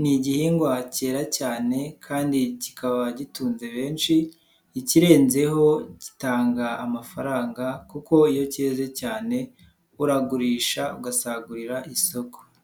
ni igihingwa cyera cyane kandi kikaba gitunze benshi, ikirenzeho gitanga amafaranga kuko iyo cyeze cyane uragurisha ugasagurira isoko.